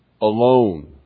alone